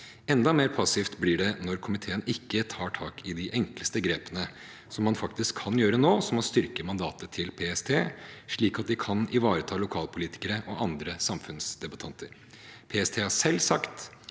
Enda mer passivt blir det når komiteen ikke tar tak i de enkleste grepene som man faktisk kan gjøre nå, som å styrke mandatet til PST, slik at de kan ivareta lokalpolitikere og andre samfunnsdebattanter. PST har selv sagt